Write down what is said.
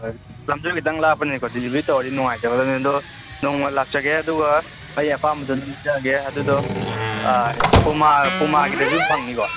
ꯍꯣꯏ ꯂꯝꯁꯨ ꯈꯤꯇꯪ ꯂꯥꯞꯄꯅꯤꯅꯀꯣ ꯗꯦꯂꯤꯕꯔꯤ ꯇꯧꯔꯗꯤ ꯅꯨꯡꯉꯥꯏꯖꯒꯗꯝꯅꯦ ꯑꯗꯣ ꯅꯣꯡꯃ ꯂꯥꯛꯆꯒꯦ ꯑꯗꯨꯒ ꯑꯩ ꯑꯄꯥꯝꯕꯗꯣ ꯑꯗꯨꯝ ꯂꯧꯖꯒꯦ ꯑꯗꯨꯗꯣ ꯄꯨꯃꯥ ꯄꯨꯃꯥꯒꯤꯗꯁꯨ ꯐꯪꯅꯤꯀꯣ